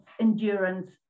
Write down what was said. endurance